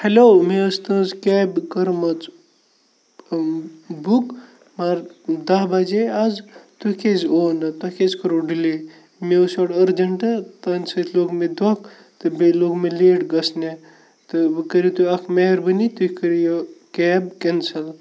hello مےٚ ٲس تٕہٕنٛز کیب کٔرمٕژ بُک مگر دَہ بَجے آز تُہۍ کیٛازِ اوو نہٕ تۄہہِ کیٛازِ کوٚروٗ ڈِلے مےٚ اوس یورٕ أرجَنٛٹ تٕہٕنٛدۍ سۭتۍ لوٚگ مےٚ دھونٛکھ تہٕ بیٚیہِ لوٚگ مےٚ لیٹ گَژھنہِ تہٕ وۄنۍ کٔرِو تُہۍ اَکھ مہربٲنی تُہۍ کٔرِو یہِ کیب کٮ۪نسَل